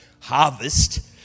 harvest